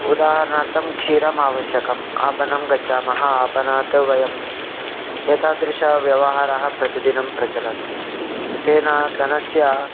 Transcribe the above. उदाहरणार्थं क्षीरम् आवश्यकम् आपणं गच्छामः आपणात् वयं एतादृशाः व्यवहाराः प्रतिदिनं प्रचलन्ति तेन धनस्य